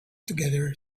together